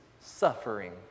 suffering